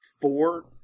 four